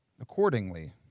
accordingly